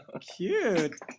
Cute